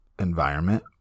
environment